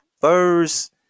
first